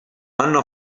hanno